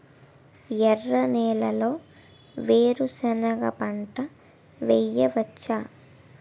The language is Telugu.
ఎర్ర నేలలో వేరుసెనగ పంట వెయ్యవచ్చా?